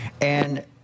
And-